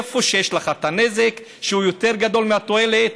איפה שיש נזק שהוא יותר גדול מהתועלת,